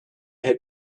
had